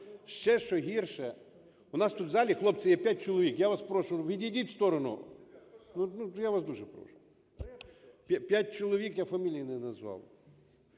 Ще що гірше… (Шум у залі) Нас тут у залі, хлопці, є 5 чоловік. Я вас прошу, відійдіть у сторону. Ну, я вас дуже прошу. 5 чоловік, я фамілії не назвав.